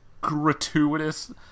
gratuitous